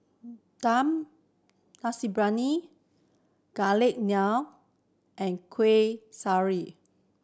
Dum Briyani Garlic Naan and Kueh Syara